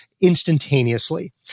instantaneously